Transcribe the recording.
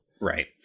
Right